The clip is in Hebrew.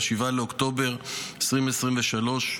ב-7 באוקטובר 2023,